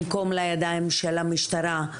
במקום לידיים של המשטרה,